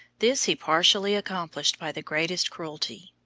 this he partially accomplished by the greatest cruelty.